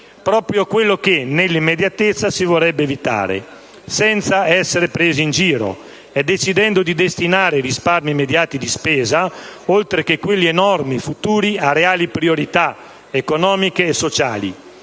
Proprio quello che, nell'immediatezza, si vorrebbe evitare, senza essere presi in giro, decidendo di destinare i risparmi immediati di spesa, oltre che quelli enormi futuri, a reali priorità, economiche e sociali.